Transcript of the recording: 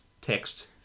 text